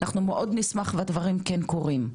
אנחנו מאוד נשמח והדברים כן קורים.